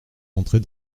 entrée